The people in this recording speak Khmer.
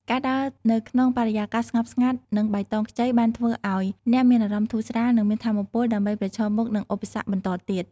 ការដើរនៅក្នុងបរិយាកាសស្ងប់ស្ងាត់និងបៃតងខ្ចីបានធ្វើឱ្យអ្នកមានអារម្មណ៍ធូរស្រាលនិងមានថាមពលដើម្បីប្រឈមមុខនឹងឧបសគ្គបន្តទៀត។